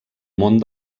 mont